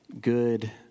good